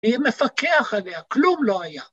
מפקח עליה, כלום לא היה.